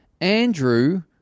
Andrew